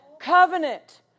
covenant